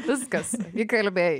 viskas įkalbėjai